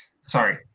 Sorry